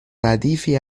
ردیفی